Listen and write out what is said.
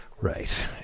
Right